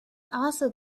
also